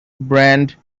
brand